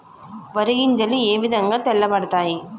వరి గింజలు ఏ విధంగా తెల్ల పడతాయి?